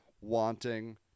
wanting